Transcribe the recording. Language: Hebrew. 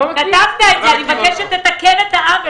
כתבת את זה: אני מבקש שתתקן את העוול.